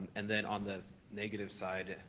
and then on the negative side,